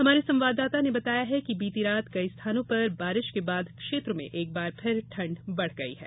हमारे संवाददाता ने बताया है कि बीती रात कई स्थानों पर बारिश के बाद क्षेत्र में एक बार फिर ठंड बढ़ गई है